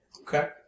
Okay